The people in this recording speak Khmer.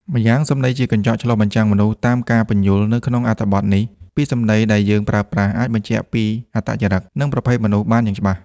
ម្យ៉ាងសម្ដីជាកញ្ចក់ឆ្លុះបញ្ចាំងមនុស្ស តាមការពន្យល់នៅក្នុងអត្ថបទនេះ ពាក្យសម្ដីដែលយើងប្រើប្រាស់អាចបញ្ជាក់ពីអត្តចរិត និងប្រភេទមនុស្សបានយ៉ាងច្បាស់។